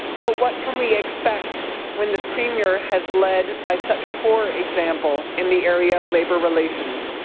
but what can we expect when this premier has led by such poor example in the area of labour relations?